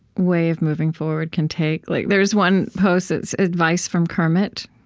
way of moving forward can take. like there's one post that's advice from kermit.